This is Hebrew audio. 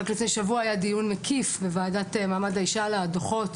רק לפני שבוע היה דיון מקיף בוועדת מעמד האישה על הדו"חות